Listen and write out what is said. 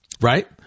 right